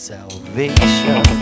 Salvation